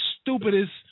stupidest